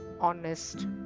honest